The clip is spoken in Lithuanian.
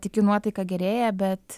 tikiu nuotaika gerėja bet